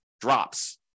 drops